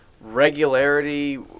regularity